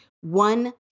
One